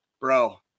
bro